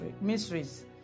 mysteries